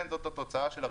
כן, זאת התוצאה של הרפורמה.